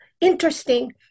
interesting